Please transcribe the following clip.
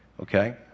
Okay